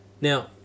Now